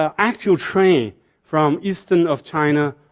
ah actual train from eastern of china